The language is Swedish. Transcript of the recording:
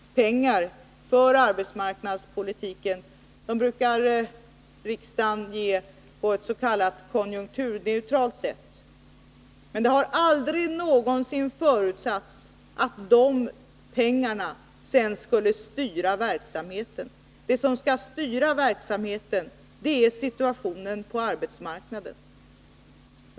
Pengar för arbetsmarknadspolitiken brukar ju riksdagen ge på ett s.k. konjunkturneutralt sätt, men det har aldrig någonsin förutsatts att pengarna sedan skall styra verksamheten. Det som skall styra verksamheten är situationen på arbetsmarknaden.